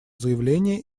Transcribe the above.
заявление